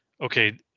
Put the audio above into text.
okay